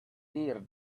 tear